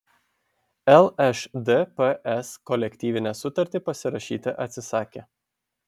lšdps kolektyvinę sutartį pasirašyti atsisakė